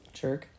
jerk